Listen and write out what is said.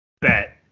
bet